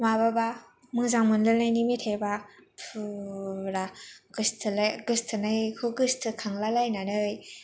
माबाबा मोजां मोनलायनायनि मेथाइबा फुरा गोसथोनायखौ गोसोखां लायनानै